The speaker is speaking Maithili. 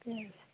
ठीके छै